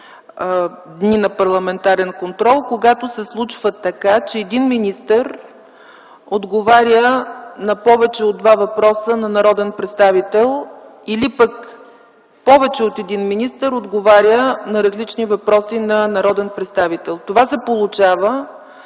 дни на парламентарен контрол, когато се случва така, че един министър отговаря на повече от два въпроса на народен представител, или пък повече от един министър отговаря на различни въпроси на народен представител. Това се получава